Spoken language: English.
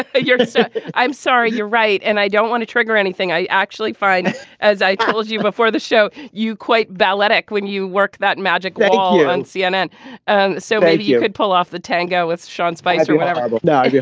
ah so i'm sorry. you're right. and i don't want to trigger anything i actually find as i told you before the show you quite balletic when you work that magic wall on cnn and so maybe you could pull off the tango with sean spicer whatever i but know yeah